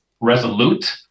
resolute